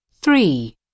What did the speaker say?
Three